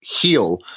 Heal